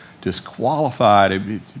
disqualified